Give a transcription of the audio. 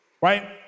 right